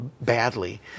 badly